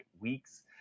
weeks